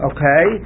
Okay